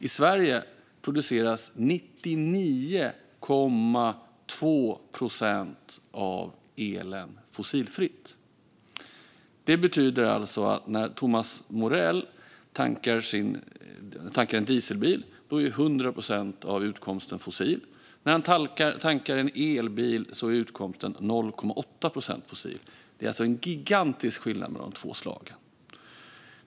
I Sverige produceras 99,2 procent av elen fossilfritt. Det betyder att när Thomas Morell tankar en dieselbil är 100 procent av utkomsten fossil. Men när han tankar en elbil är utkomsten 0,8 procent fossil. Det är alltså en gigantisk skillnad mellan de två.